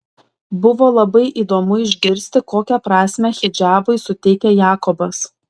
buvo labai įdomu išgirsti kokią prasmę hidžabui suteikia jakobas